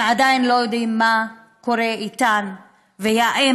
ועדיין לא יודעים מה קורה איתן ואם,